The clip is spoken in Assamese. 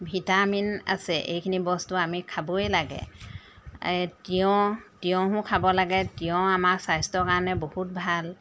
ভিটামিন আছে এইখিনি বস্তু আমি খাবই লাগে তিয়ঁহ তিয়ঁহো খাব লাগে তিয়ঁহ আমাৰ স্বাস্থ্যৰ কাৰণে বহুত ভাল